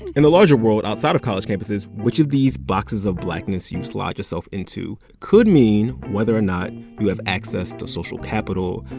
in the larger world outside of college campuses, which of these boxes of blackness you slide yourself into could mean whether or not you have access to social capital,